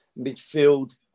Midfield